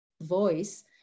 voice